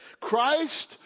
Christ